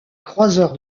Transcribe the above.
croiseur